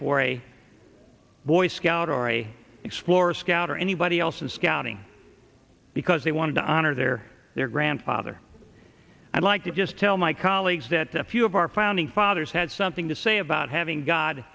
for a boy scout or a explorer scout or anybody else in scouting because they want to honor their their grandfather i'd like to just tell my colleagues that the few of our founding fathers had something to say about having god